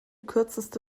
kürzeste